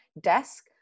desk